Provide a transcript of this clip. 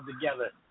together